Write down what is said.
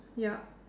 yup